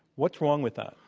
what's wrong with that?